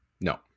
No